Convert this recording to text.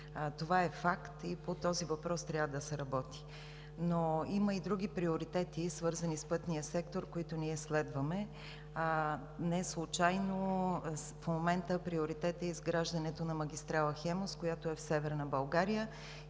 Това е факт и по този въпрос трябва да се работи. Има обаче и други приоритети, свързани с пътния сектор, които ние следваме. Неслучайно в момента приоритет е изграждането на магистрала „Хемус“, която е в Северна България,